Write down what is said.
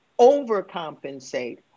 overcompensate